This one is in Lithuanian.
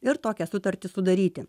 ir tokią sutartį sudaryti